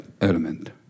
element